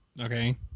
Okay